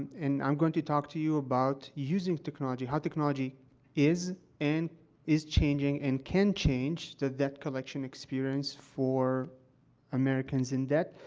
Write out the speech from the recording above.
and i'm going to talk to you about using technology, how technology is and is changing and can change the debt collection experience for americans in debt.